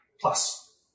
Plus